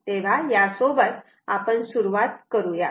तेव्हा या सोबत आपण सुरुवात करूयात